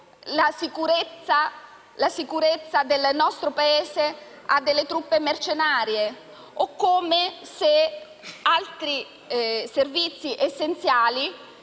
la sicurezza del nostro Paese a delle truppe mercenarie, o come se ponessimo altri servizi essenziali